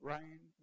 Ryan